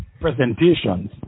presentations